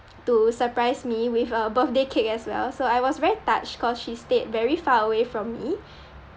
to surprise me with a birthday cake as well so I was very touched cause she stayed very far away from me